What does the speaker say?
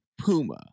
puma